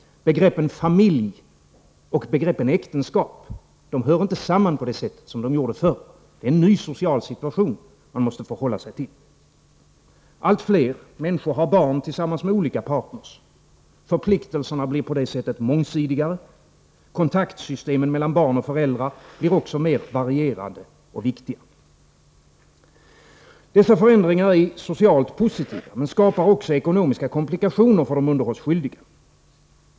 Begreppen familj och äktenskap hör inte samman på det sätt som de gjorde förr. Det är en ny social situation som man måste förhålla sig till. Allt fler människor har barn tillsammans med olika partner. Förpliktelserna blir på det sättet mångsidigare, och kontaktsystemen mellan barn och föräldrar blir också mer varierade och viktiga. Dessa förändringar är socialt positiva men skapar också ekonomiska komplikationer för de underhållsskyldiga.